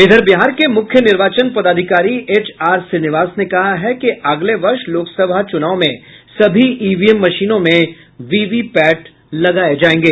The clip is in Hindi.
इधर बिहार के मुख्य निर्वाचन पदाधिकारी एचआर श्रीनिवास ने कहा है कि अगले वर्ष लोकसभा चुनाव में सभी ईवीएम मशीनों में वीवीपैट लगाये जायेंगे